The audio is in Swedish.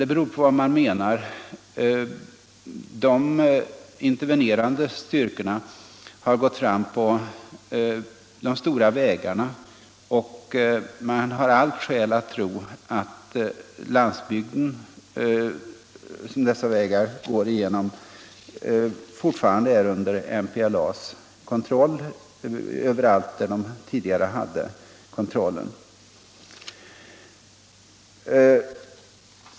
Det beror på vad man menar.. De intervenerande styrkorna har gått fram på de stora vägarna, och man har alla skäl att tro att den landsbygd dessa vägar går igenom fortfarande är under MPLA:s kontroll, nämligen överallt där de tidigare hade kontrollen.